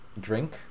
drink